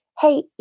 hey